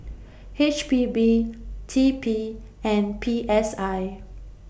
H P B T P and P S I